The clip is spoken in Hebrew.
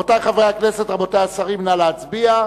רבותי חברי הכנסת, רבותי השרים, נא להצביע.